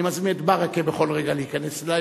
אני מזמין את ברכה בכל רגע להיכנס אלי